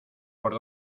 por